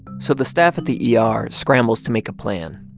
so the staff at the yeah ah er scrambles to make a plan.